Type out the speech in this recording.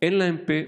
שאין להן פה.